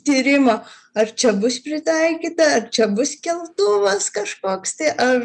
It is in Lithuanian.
tyrimą ar čia bus pritaikyta ar čia bus keltuvas kažkoks tai ar